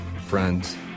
friends